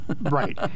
Right